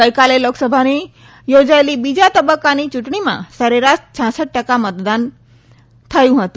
ગઇકાલે લોકસભાની ગઈકાલે યોજાયેલી બીજા તબક્કાની ચૂંટણીમાં સરેરાશ હૃ ટકા મતદાન થયું છે